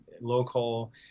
local